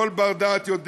כל בר-דעת יודע